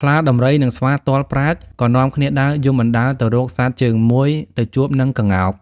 ខ្លា ដំរី និងស្វា ទាល់ប្រាជ្ញ ក៏នាំគ្នាដើរយំបណ្ដើរទៅរកសត្វជើងមួយទៅជួបនឹងក្ងោក។